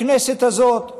הכנסת הזאת.